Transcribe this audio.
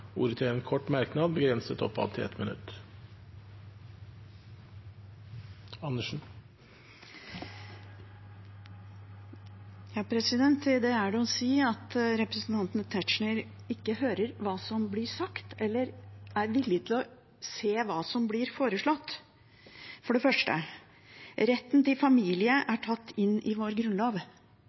ordet til en kort merknad, begrenset til 1 minutt. Til det er det å si at representanten Tetzschner ikke hører hva som blir sagt, eller er villig til å se hva som blir foreslått. For det første: Retten til familie er tatt inn i vår grunnlov.